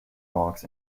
marks